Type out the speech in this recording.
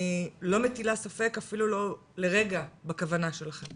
אני לא מטילה ספק אפילו לא לרגע בכוונה שלכם